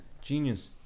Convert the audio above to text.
Genius